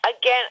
Again